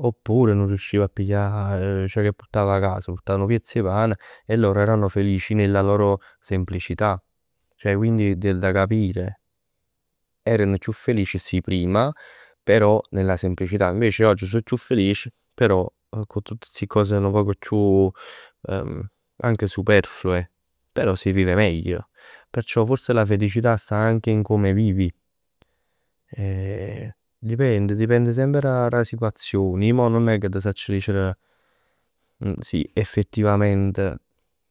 Oppure nun riusciv 'a piglià, ceh che purtav 'a cas? Purtav nu piezz 'e pan e loro erano felici nella loro semplicità. Ceh quindi è da capire. Erano chiù felici? Sì prima. Però nella semplicità. Invece oggi so chiù felici, però cu tutt sti cose anche un pò più superflue, però si vive meglio. Perciò forse la semplicità sta anche in come vivi. Dipende, dipende semp d' 'a situazione. Ij mo nun è ca t' sacc dicere si effettivament.